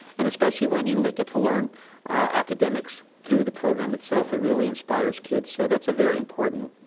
and especially when you like get to learn academics through the program itself, it really inspires kids, so that's a very important